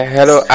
Hello